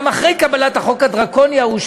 גם אחרי קבלת החוק הדרקוני ההוא,